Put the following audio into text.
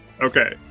Okay